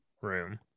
room